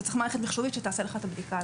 אתה צריך מערכת מחשובית שתעשה לך את הבדיקה.